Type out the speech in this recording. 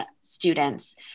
students